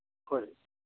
ꯍꯣꯏ